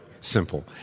simple